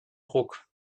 ruck